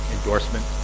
endorsement